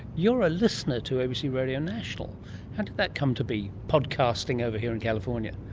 you're a listener to abc radio national, how did that come to be, podcasting over here in california?